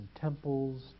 temples